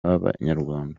b’abanyarwanda